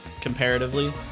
comparatively